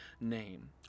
name